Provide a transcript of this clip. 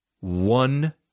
one